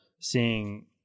seeing